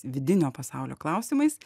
vidinio pasaulio klausimais